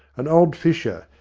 and old fisher,